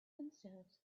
themselves